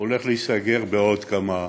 הולך להיסגר בעוד כמה חודשים,